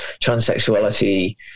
Transsexuality